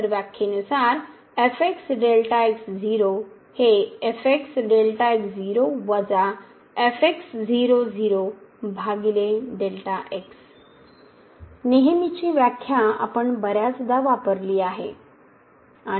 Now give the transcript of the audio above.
तर व्याखे नुसार नेहमीची व्याख्या आपण बर्याचदा वापरली आहे